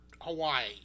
Hawaii